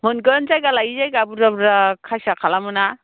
मोनगोन जायगा लायै जायगा बुरजा बुरजा खासिया खालामोना